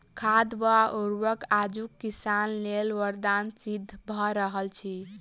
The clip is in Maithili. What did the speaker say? खाद वा उर्वरक आजुक किसान लेल वरदान सिद्ध भ रहल अछि